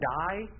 die